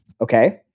Okay